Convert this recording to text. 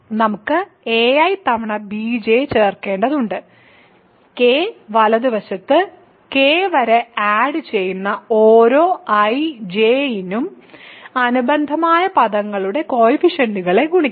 നമുക്ക് ai തവണ bj ചേർക്കേണ്ടതുണ്ട് k വലതുവശത്ത് k വരെ ആഡ് ചെയ്യുന്ന ഓരോ i j നും അനുബന്ധ പദങ്ങളുടെ കോയിഫിഷ്യന്റുകളെ ഗുണിക്കണം